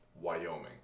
Wyoming